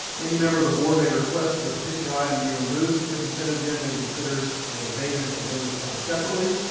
any member of the board may request that a particular item be removed from the consent agenda and considered and debated and voted upon separately.